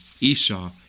Esau